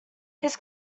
his